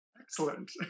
Excellent